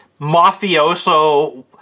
mafioso